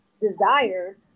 desired